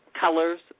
colors